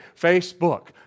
Facebook